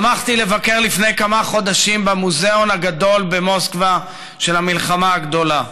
שמחתי לבקר לפני כמה חודשים במוזיאון הגדול במוסקבה של המלחמה הגדולה.